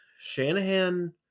Shanahan